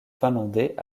finlandais